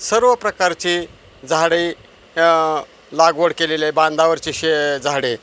सर्व प्रकारची झाडे लागवड केलेले बांधावरचे शे झाडे